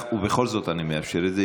בכל זאת אני מאפשר את זה.